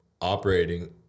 operating